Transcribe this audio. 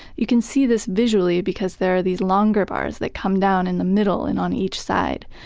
you can see this visually because there are these longer bars that come down in the middle and on each side.